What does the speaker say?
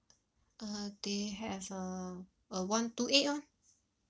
uh they have um a one two eight [one]